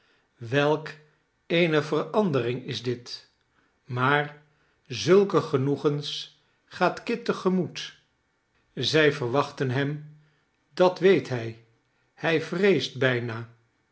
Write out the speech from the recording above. welke eene verandering is dit maar zulke genoegens gaat kit te gemoet zij verwachten hem dat weet hij hij vreest bijna